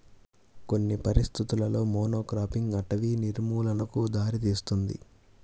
కొన్ని పరిస్థితులలో మోనోక్రాపింగ్ అటవీ నిర్మూలనకు దారితీస్తుంది